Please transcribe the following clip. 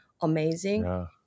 Amazing